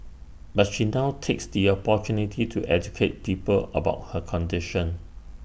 but she now takes the opportunity to educate people about her condition